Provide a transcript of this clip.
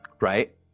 Right